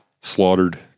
Slaughtered